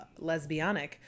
lesbianic